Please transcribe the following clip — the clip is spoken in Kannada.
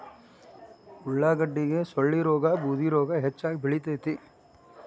ಉಳಾಗಡ್ಡಿಗೆ ಸೊಳ್ಳಿರೋಗಾ ಬೂದಿರೋಗಾ ಹೆಚ್ಚಾಗಿ ಬಿಳತೈತಿ